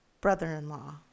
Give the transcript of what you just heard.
brother-in-law